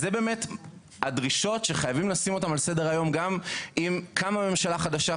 זה באמת הדרישות שחייבים לשים אותן על סדר-היום גם אם קמה ממשלה חדשה.